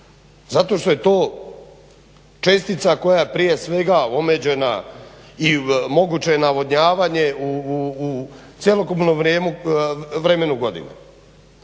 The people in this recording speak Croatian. zato što je to čestica koja prije svega omeđena i moguće je navodnjavanje u cjelokupnom vremenu godine.